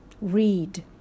read